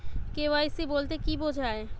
KYC বলতে কি বোঝায়?